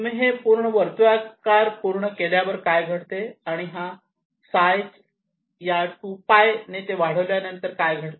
तुम्ही हे पूर्ण वर्तुळाकार पूर्ण केल्यावर काय घडते आणि हा φ या 2π ते वाढवल्यानंतर काय घडते